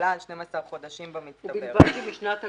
עולה על 12 חודשים במצטבר," ובלבד שמשנת 2014?